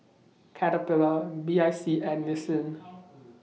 Caterpillar B I C and Nissin